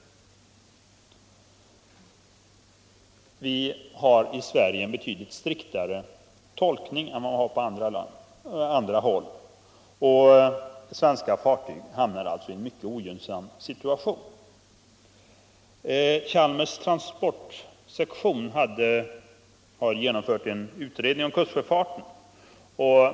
Vi har i Sverige en betydligt striktare tolkning av dessa bestämmelser än andra länder. Det gör att svenska fartyg hamnar i en mycket ogynnsam situation. Chalmers transportsektion har gjort en utredning angående kustsjöfarten.